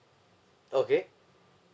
okay